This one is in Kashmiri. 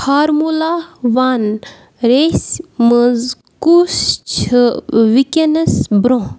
فارموٗلا وَن ریسہِ منٛز کُس چھِ وٕنۍکؠنَس برٛونٛہہ